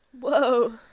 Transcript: Whoa